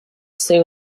soon